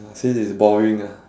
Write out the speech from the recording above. since he's boring ah